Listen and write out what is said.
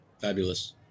Fabulous